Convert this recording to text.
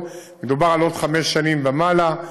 מדובר על עוד חמש שנים ומעלה,